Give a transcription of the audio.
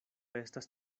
estas